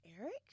Eric